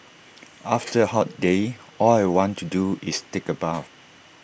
after A hot day all I want to do is take A bath